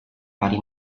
vari